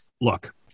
look –